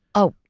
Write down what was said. oh,